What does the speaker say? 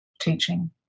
teaching